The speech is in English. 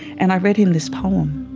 and i read him this poem,